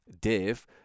Dave